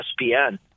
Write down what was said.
ESPN